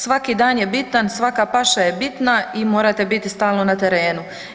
Svaki dan je bitan, svaka paša je bitna i morate biti stalno na terenu.